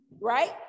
right